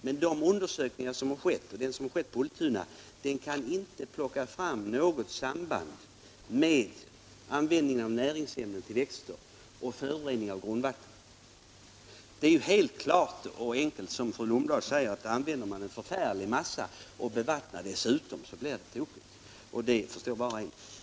Men i de undersökningar som har gjorts, t.ex. på Ultuna, kan man inte visa på något samband mellan användning av näringsämnen till växter och förorening av grundvatten. Det är helt klart, som fru Lundblad säger, att använder man en förfärlig massa av dessa ämnen och bevattnar dessutom, så blir det tokigt. Det förstår var och en.